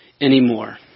anymore